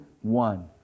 one